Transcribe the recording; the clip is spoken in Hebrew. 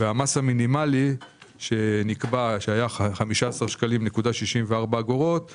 ואת המס המינימאלי שהיה 15.64 שקלים הפחתנו ל-14.08 שקלים.